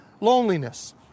loneliness